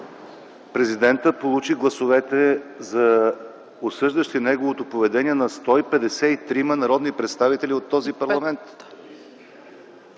Президентът получи гласовете осъждащи неговото поведение на 153-ма народни представители от този парламент.